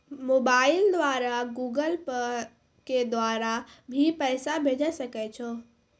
Mobile द्वारा Google Pay के द्वारा भी पैसा भेजै सकै छौ?